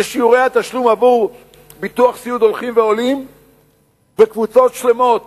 ששיעורי התשלום עבור ביטוח סיעוד הולכים ועולים וקבוצות שלמות